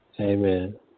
Amen